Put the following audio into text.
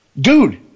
dude